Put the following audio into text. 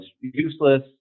Useless